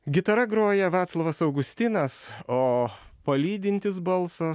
gitara groja vaclovas augustinas o palydintis balsas